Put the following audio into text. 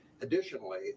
Additionally